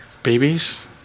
Babies